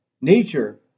Nature